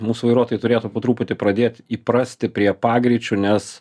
mūsų vairuotojai turėtų po truputį pradėt įprasti prie pagreičių nes